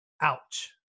ouch